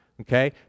Okay